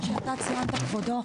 מה שאתה ציינת כבודו,